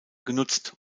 genutzt